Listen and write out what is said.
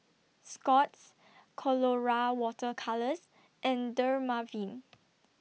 Scott's Colora Water Colours and Dermaveen